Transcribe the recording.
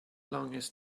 longest